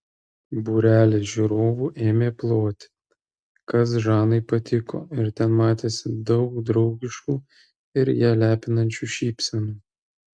būrelis žiūrovų ėmė ploti kas žanai patiko ir ten matėsi daug draugiškų ir ją lepinančių šypsenų